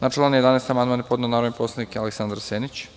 Na član 11. amandman je podneo narodni poslanik Aleksandar Senić.